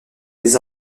les